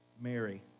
Mary